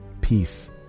peace